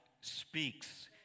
speaks